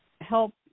help